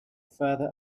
farther